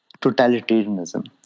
totalitarianism